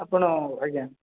ଆପଣ ଆଜ୍ଞା